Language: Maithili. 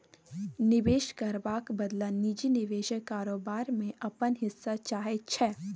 निबेश करबाक बदला निजी निबेशक कारोबार मे अपन हिस्सा चाहै छै